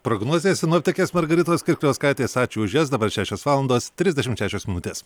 prognozės sinoptikės margaritos kirkliauskaitės ačiū už jas dabar šešios valandos trisdešimt šešios minutės